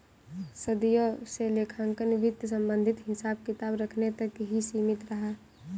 सदियों से लेखांकन वित्त संबंधित हिसाब किताब रखने तक ही सीमित रहा